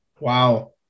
Wow